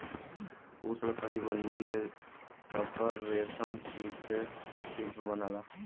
उष्णकटिबंधीय तसर रेशम कीट से सिल्क बनला